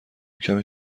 کمی